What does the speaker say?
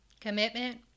Commitment